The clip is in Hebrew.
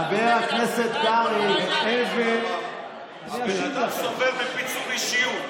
חבר הכנסת קרעי, הבן אדם סובל מפיצול אישיות.